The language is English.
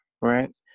right